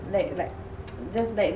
like